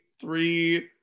three